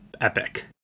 epic